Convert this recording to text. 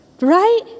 Right